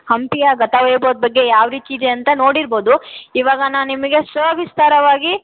ಹಂಪಿಯ ಗತವೈಭವದ ಬಗ್ಗೆ ಯಾವ ರೀತಿ ಇದೆ ಅಂತ ನೋಡಿರ್ಬೋದು ಇವಾಗ ನಾನು ನಿಮಗೆ ಸವಿಸ್ತಾರವಾಗಿ